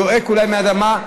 זועק אולי מהאדמה,